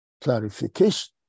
clarification